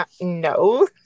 No